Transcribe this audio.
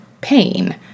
pain